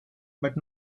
but